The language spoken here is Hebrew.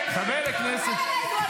חבר הכנסת דוידסון, תן לו.